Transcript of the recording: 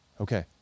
Okay